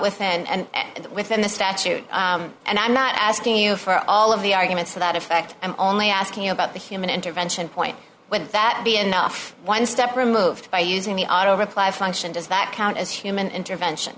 within and within the statute and i'm not asking you for all of the arguments to that effect i'm only asking about the human intervention point with that be enough one step removed by using the auto reply function does that count as human intervention